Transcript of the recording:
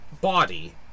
body